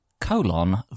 Colon